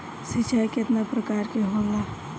सिंचाई केतना प्रकार के होला?